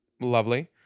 Lovely